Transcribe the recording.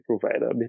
provider